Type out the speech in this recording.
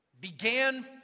Began